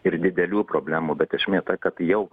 ir didelių problemų bet esmė ta kad jau